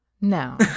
No